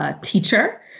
teacher